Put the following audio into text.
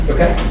Okay